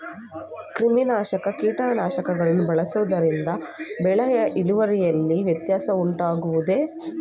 ಕ್ರಿಮಿನಾಶಕ ಕೀಟನಾಶಕಗಳನ್ನು ಬಳಸುವುದರಿಂದ ಬೆಳೆಯ ಇಳುವರಿಯಲ್ಲಿ ವ್ಯತ್ಯಾಸ ಉಂಟಾಗುವುದೇ?